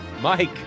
Mike